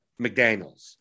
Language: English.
McDaniels